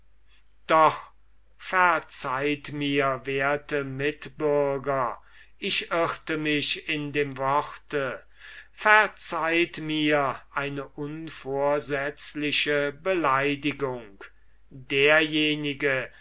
doch verzeiht mir werte mitbürger ich irrte mich in dem worte verzeiht mir eine unvorsetzliche beleidigung derjenige